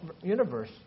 universe